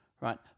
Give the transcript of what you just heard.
right